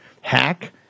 hack